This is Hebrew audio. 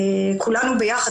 כולנו ביחד,